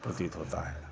प्रतीत होता है